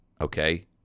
Okay